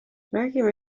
räägime